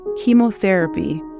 chemotherapy